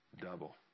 Double